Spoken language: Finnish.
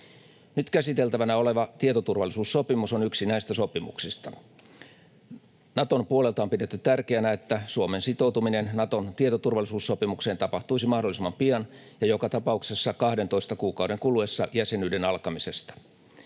Nyt käsiteltävänä oleva tietoturvallisuussopimus on yksi näistä sopimuksista. Naton puolelta on pidetty tärkeänä, että Suomen sitoutuminen Naton tietoturvallisuussopimukseen tapahtuisi mahdollisimman pian ja joka tapauksessa 12 kuukauden kuluessa jäsenyyden alkamisesta.